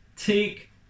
take